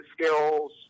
skills